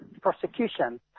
prosecution